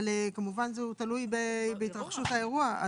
אבל זה כמובן תלוי בהתרחשות האירוע.